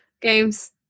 games